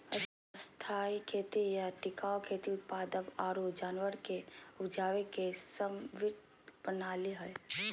स्थायी खेती या टिकाऊ खेती पादप आरो जानवर के उपजावे के समन्वित प्रणाली हय